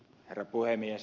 herra puhemies